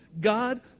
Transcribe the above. God